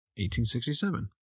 1867